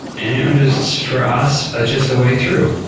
and is for us, just a way through.